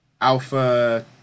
Alpha